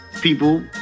people